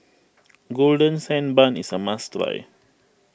Golden Sand Bun is a must try